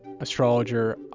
astrologer